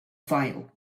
file